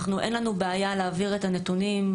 אין לנו בעיה להעביר את הנתונים,